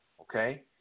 okay